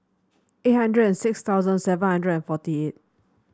eight hundred and six thousand seven hundred and forty eight